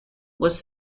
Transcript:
was